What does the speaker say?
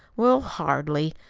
well, hardly!